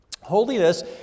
Holiness